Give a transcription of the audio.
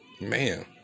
Man